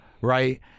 Right